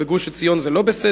אבל בגוש-עציון זה לא בסדר?